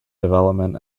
development